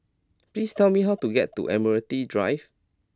please tell me how to get to Admiralty Drive